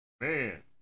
Man